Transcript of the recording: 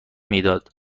میداد